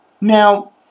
now